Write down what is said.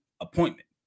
appointment